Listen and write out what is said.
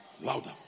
Louder